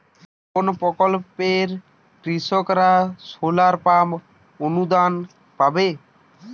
কোন প্রকল্পে কৃষকরা সোলার পাম্প অনুদান পাবে?